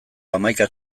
hamaika